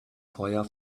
feuer